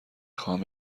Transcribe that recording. خواهم